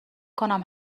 کنم